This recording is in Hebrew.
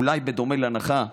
אולי בדומה להנחה בארנונה,